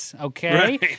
Okay